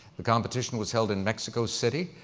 the competition was held in mexico city.